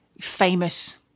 famous